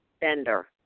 bender